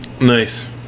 nice